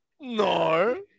No